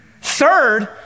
Third